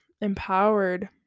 empowered